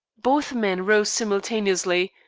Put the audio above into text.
both men rose simultaneously,